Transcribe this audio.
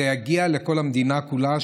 זה יגיע למדינה כולה,